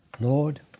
Lord